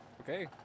Okay